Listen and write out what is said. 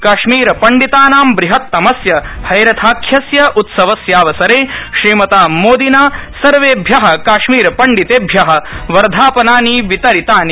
काश्मीरपंडितानां बृहत्तमस्य हेरथााख्यस्य उत्सवस्यावसरे श्रीमतामोदिना सर्वेभ्य काश्मीर पण्डितेभ्य वर्धापनानि वितरितानि